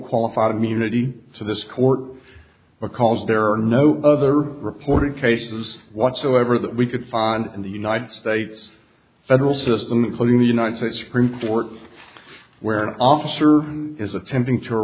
qualified immunity to this court because there are no other reported cases whatsoever that we could find in the united states federal system including the united states supreme court where an officer is attempting to